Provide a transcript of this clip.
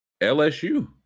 LSU